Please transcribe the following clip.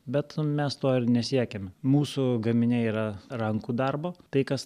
bet mes to ir nesiekiam mūsų gaminiai yra rankų darbo tai kas